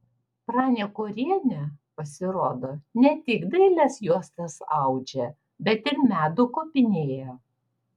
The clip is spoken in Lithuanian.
pranė kuorienė pasirodo ne tik dailias juostas audžia bet ir medų kopinėja